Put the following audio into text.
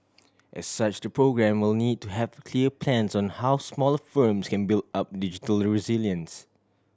as such the programme will need to have clear plans on how smaller firms can build up digital resilience